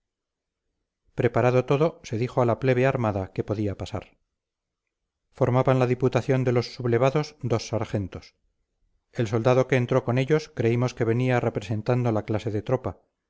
preparado todo se dijo a la plebe armada que podía pasar formaban la diputación de los sublevados dos sargentos el soldado que entró con ellos creímos que venía representando la clase de tropa